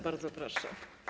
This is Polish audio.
Bardzo proszę.